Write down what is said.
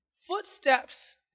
footsteps